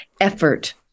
effort